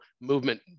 movement